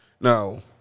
Now